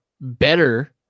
better